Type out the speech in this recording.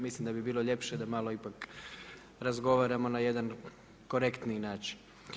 Mislim da bi bilo ljepše da malo ipak razgovaramo na jedan korektniji način.